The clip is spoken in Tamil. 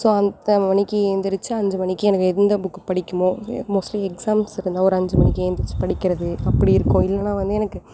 ஸோ அத்தனை மணிக்கு ஏந்திரிச்சு அஞ்சு மணிக்கு எனக்கு எந்த புக்கு படிக்குமோ மோஸ்ட்லி எக்ஸாம்ஸ் இருந்தால் ஒரு அஞ்சு மணிக்கு ஏந்திரிச்சு படிகிறது அப்படி இருக்கும் இல்லைனா வந்து எனக்கு